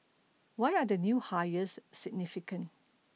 why are the new hires significant